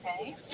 okay